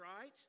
right